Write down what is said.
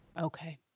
Okay